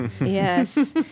Yes